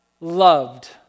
loved